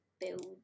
build